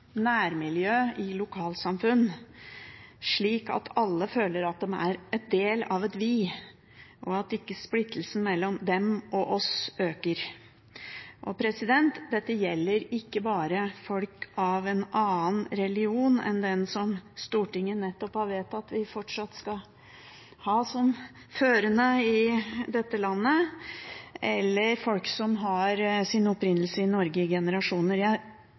nærmiljø og lokalsamfunn, slik at alle føler at de er en del av et «vi», og at ikke splittelsen mellom dem og oss øker. Dette gjelder ikke bare folk med en annen religion enn den som Stortinget nettopp har vedtatt at vi fortsatt skal ha som førende i dette landet, eller folk som har sin opprinnelse i Norge i generasjoner. Jeg